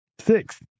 Six